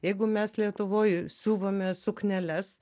jeigu mes lietuvoj siuvame sukneles